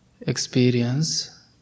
Experience